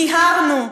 מיהרנו,